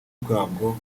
bwabwo